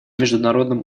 международном